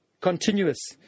continuous